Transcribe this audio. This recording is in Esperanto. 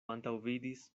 antaŭvidis